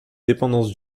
dépendance